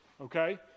okay